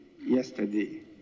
yesterday